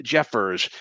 Jeffers